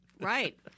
Right